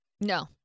No